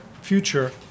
future